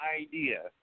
idea